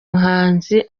muhanzi